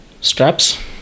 straps